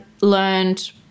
learned